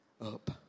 up